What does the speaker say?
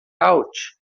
out